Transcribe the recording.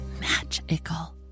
magical